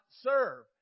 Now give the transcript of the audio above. serve